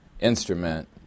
instrument